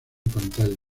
pantalla